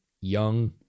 young